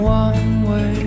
one-way